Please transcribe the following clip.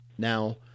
Now